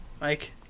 Mike